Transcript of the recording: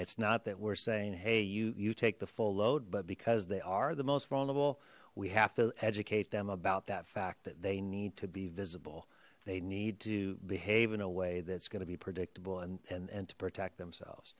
it's not that we're saying hey you you take the full load but because they are the most vulnerable we have to educate them about that fact that they need to be visible they need to behave in a way that's going to be predictable and and to protect themselves